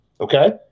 Okay